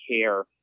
care